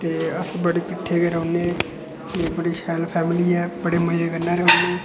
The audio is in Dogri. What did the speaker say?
ते अस बड़े किट्ठे गै रौह्न्नें ते बड़ी शैल फैमिली ऐ ते बड़े मज़े कन्नै रौह्न्ने